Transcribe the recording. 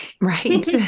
Right